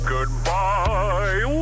Goodbye